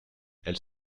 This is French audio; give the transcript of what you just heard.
elle